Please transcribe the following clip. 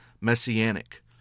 messianic